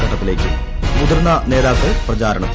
ഘട്ടത്തിലേക്ക് മുതിർന്ന് നേതാക്കൾ പ്രചാരണത്തിൽ